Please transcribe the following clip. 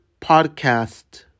podcast